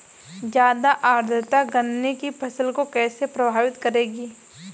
ज़्यादा आर्द्रता गन्ने की फसल को कैसे प्रभावित करेगी?